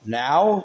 now